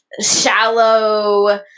shallow